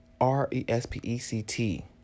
R-E-S-P-E-C-T